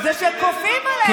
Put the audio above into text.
זה היה שיעור קודם, לא היית.